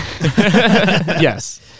Yes